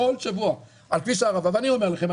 בכל שבוע על כביש הערבה ואני אומר לכם,